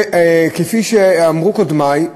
וכפי שאמרו קודמי,